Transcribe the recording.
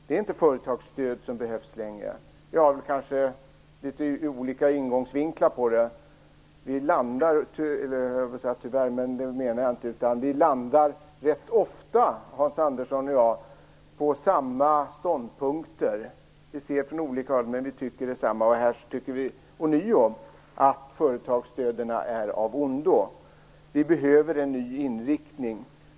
Det är inte företagsstöd som behövs längre. Vi har kanske litet olika infallsvinklar. Hans Andersson och jag landar rätt ofta på samma ståndpunkter. Vi ser saker från olika håll, men tycker detsamma. Här tycker vi ånyo att företagsstöden är av ondo. Det behövs en ny inriktning.